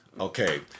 okay